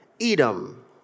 Edom